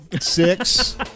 six